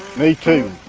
me too.